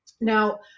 Now